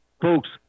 Folks